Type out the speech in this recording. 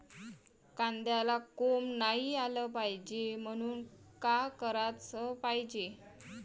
कांद्याला कोंब नाई आलं पायजे म्हनून का कराच पायजे?